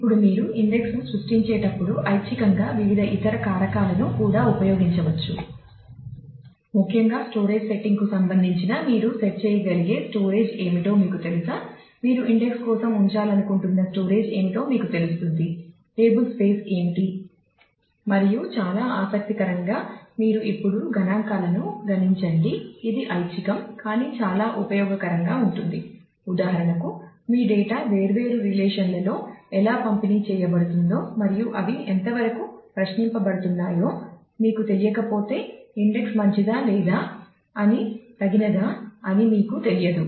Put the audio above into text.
ఇప్పుడు మీరు ఇండెక్స్ లలో ఎలా పంపిణీ చేయబడుతుందో మరియు అవి ఎంతవరకు ప్రశ్నించబడుతున్నాయో మీకు తెలియకపోతే ఇండెక్స్ మంచిదా లేదా అది తగనిదా అని మీకు తెలియదు